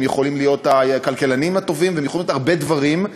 הם יכולים להיות הכלכלנים הטובים והם יכולים להיות הרבה דברים.